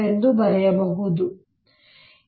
ಎಂದು ಬರೆಯಬಹುದು